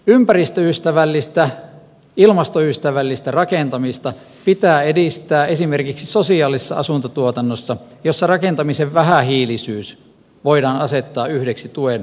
ympäristöystävällistä ilmastoystävällistä rakentamista pitää edistää esimerkiksi sosiaalisessa asuntotuotannossa jossa rakentamisen vähähiilisyys voidaan asettaa yhdeksi tuen ehdoksi